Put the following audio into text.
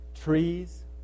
Trees